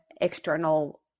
external